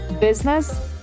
business